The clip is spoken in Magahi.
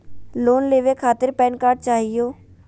लोन लेवे खातीर पेन कार्ड चाहियो?